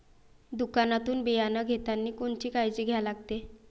दुकानातून बियानं घेतानी कोनची काळजी घ्या लागते?